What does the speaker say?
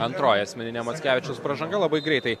antroji asmeninė mackevičiaus pražanga labai greitai